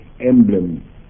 emblem